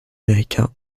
américain